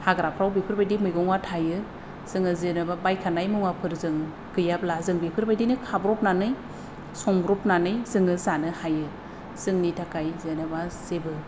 हाग्राफ्राव बेफोरबादि मैगङा थायो जोङो जेनेबा बायखानाय मुवाफोर जों गैयाब्ला जों बेफोरबादिनो खाब्रबनानै संब्रबनानै जोङो जानो हायो जोंनि थाखाय जेनेबा जेबो